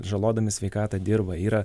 žalodami sveikatą dirba yra